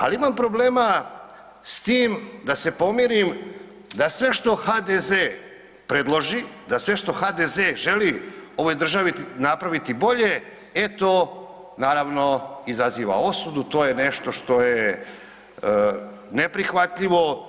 Ali imam problema s tim da se pomirim da sve što HDZ predloži, da sve što HDZ želi ovoj državi napraviti bolje, e to naravno izaziva osudu, to je nešto što je neprihvatljivo.